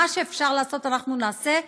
מה שאפשר לעשות אנחנו נעשה,